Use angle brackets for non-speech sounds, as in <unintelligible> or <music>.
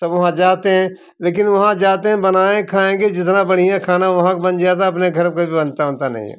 सब वहाँ जाते हैं लेकिन वहाँ जाते हैं बनाए खाएँगे हैं जितना बढ़िया खाना का वहाँ का बन जाता है अपने घर <unintelligible> बनता वनता नहीं है